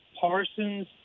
Parsons